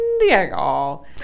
Diego